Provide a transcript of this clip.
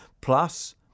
plus